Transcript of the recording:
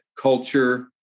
culture